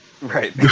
Right